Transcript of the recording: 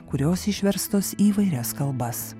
kurios išverstos į įvairias kalbas